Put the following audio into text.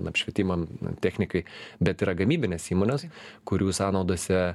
apšvietimam technikai bet yra gamybinės įmonės kurių sąnaudose